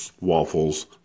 Waffles